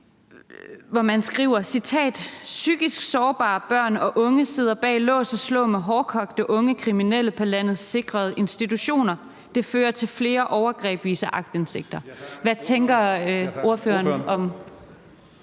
hvor man skriver: »Psykisk sårbare børn og unge sidder bag lås og slå med hårdkogte unge kriminelle på landets sikrede institutioner. Det fører til flere overgreb, viser aktindsigter.« Hvad tænker ordføreren om